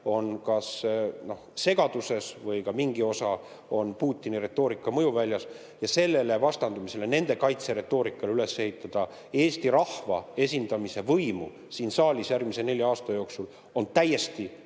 on kas segaduses või mingi osa on Putini retoorika mõjuväljas. Ja sellele vastandumine, nende kaitse retoorikale üles ehitada Eesti rahva esindamise võim siin saalis järgmise nelja aasta jooksul on täiesti